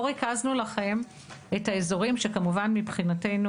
פה ריכזנו לכם את האזורים שכמובן מבחינתנו